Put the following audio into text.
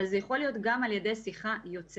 אבל זה יכול להיות גם על ידי שיחה יוצאת.